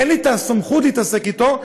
אין לי סמכות להתעסק אתו,